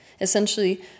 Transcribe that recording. Essentially